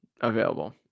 available